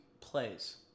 plays